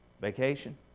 vacation